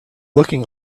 looking